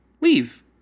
Leave